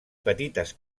petites